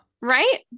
Right